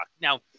Now